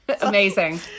Amazing